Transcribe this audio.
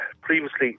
previously